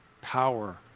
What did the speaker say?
power